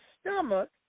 stomach